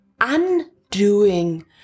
undoing